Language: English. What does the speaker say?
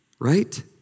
Right